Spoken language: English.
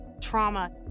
trauma